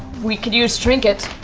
we could use trinket.